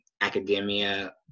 academia